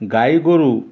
ଗାଈ ଗୋରୁ